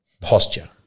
posture